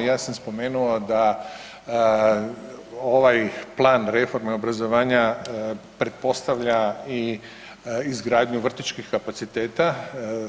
Ja sam spomenuo da ovaj plan reforme obrazovanja pretpostavlja i izgradnju vrtićkih kapaciteta